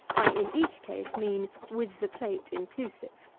i, in each case, mean, with the plate inclusive.